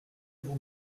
vous